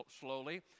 slowly